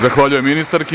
Zahvaljujem ministarki.